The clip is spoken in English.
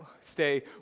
stay